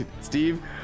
Steve